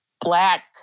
black